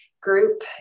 Group